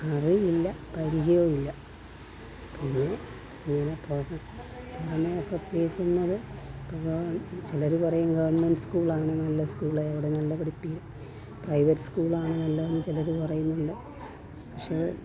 അറിവില്ല പരിചയമില്ല പിന്നെ ഇങ്ങനെ പോകാം നമ്മളൊക്കെ കേൾക്കുന്നത് ചിലരു പറയും ഗവൺമെൻ്റ് സ്കൂളാണ് നല്ല സ്കൂള് അവിടെ നല്ല പഠിപ്പിക്കാൻ പ്രൈവറ്റ് സ്കൂളാണ് നല്ലതെന്ന് ചിലരും പറയുന്നുണ്ട് പക്ഷേ